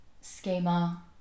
schema